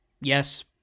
Yes